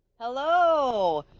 hello!